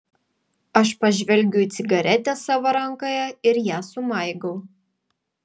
aš pažvelgiu į cigaretę savo rankoje ir ją sumaigau